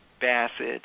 Bassett